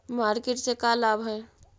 Market से का लाभ है?